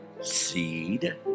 seed